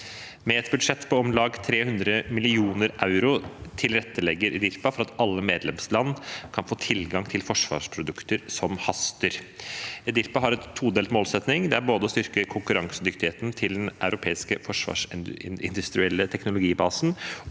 Med et budsjett på om lag 300 mill. euro tilrettelegger EDIRPA for at alle medlemsland kan få tilgang til forsvarsprodukter som haster. EDIRPA har en todelt målsetting: Det er både å styrke konkurransedyktigheten til den europeiske forsvarsindustrielle teknologibasen